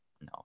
no